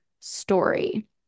story